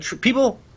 people